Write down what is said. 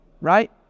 right